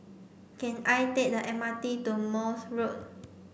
can I take the M R T to Morse Road